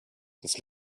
das